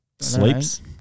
Sleeps